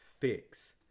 fix